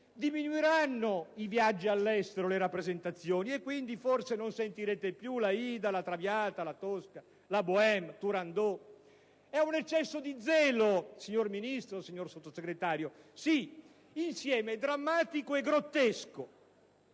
diminuiranno i viaggi all'estero e le rappresentazioni. Quindi, forse, non sentirete più l'Aida, la Traviata, la Tosca, la Bohème, la Turandot. È un eccesso di zelo, signor Ministro, signor Sottosegretario? Sì, insieme drammatico e grottesco,